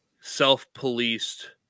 self-policed